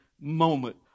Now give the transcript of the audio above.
moment